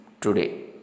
today